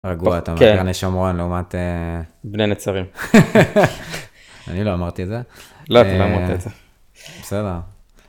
רגוע אתה.. כן, לעומת בני נצרים. אני לא אמרתי את זה? לא, אתה לא אמרת את זה. בסדר.